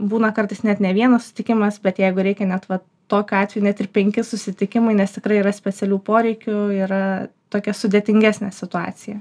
būna kartais net ne vienas susitikimas bet jeigu reikia net va tokiu atveju net ir penki susitikimai nes tikrai yra specialių poreikių yra tokia sudėtingesnė situacija